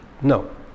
No